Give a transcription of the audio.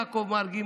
יעקב מרגי,